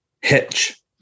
Hitch